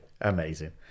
Amazing